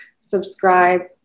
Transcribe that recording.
subscribe